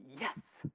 yes